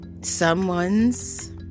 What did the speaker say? someone's